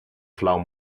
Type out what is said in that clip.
flauw